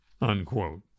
unquote